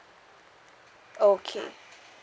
okay